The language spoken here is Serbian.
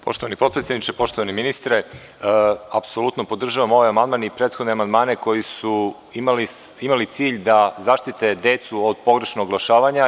Poštovani potpredsedniče, poštovani ministre, apsolutno podržavam ovaj amandman i prethodne amandmane koji su imali cilj da zaštite decu od pogrešnog oglašavanja.